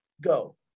Go